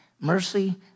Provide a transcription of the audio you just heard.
mercy